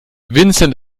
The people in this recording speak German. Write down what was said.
vincent